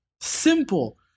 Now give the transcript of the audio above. simple